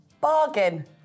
bargain